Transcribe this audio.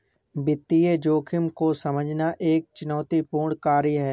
वित्तीय जोखिम को समझना एक चुनौतीपूर्ण कार्य है